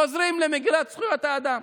חוזרים למגילת זכויות האדם